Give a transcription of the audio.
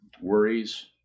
worries